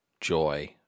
joy